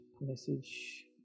message